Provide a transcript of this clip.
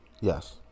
Yes